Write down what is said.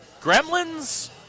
Gremlins